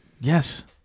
Yes